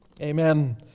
Amen